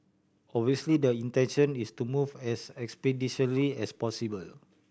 obviously the intention is to move as expeditiously as possible